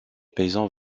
paysans